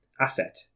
asset